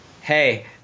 Hey